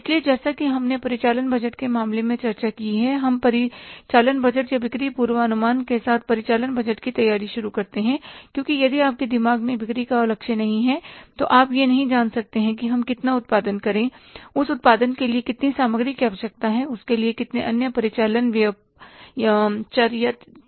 इसलिए जैसा कि हमने परिचालन बजट के मामले में चर्चा की है हम परिचालन बजट या बिक्री पूर्वानुमान के साथ परिचालन बजट की तैयारी शुरू करते हैं क्योंकि यदि आपके दिमाग में बिक्री का लक्ष्य नहीं है तो आप यह नहीं जान सकते कि हम कितना उत्पादन करें उस उत्पादन के लिए कितनी सामग्री की आवश्यकता है उसके लिए कितने अन्य परिचालन व्यय चर या तय की आवश्यकता है